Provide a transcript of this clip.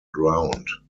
ground